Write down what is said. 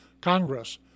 Congress